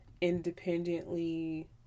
independently